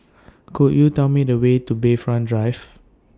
Could YOU Tell Me The Way to Bayfront Drive